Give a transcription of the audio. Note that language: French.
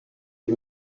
est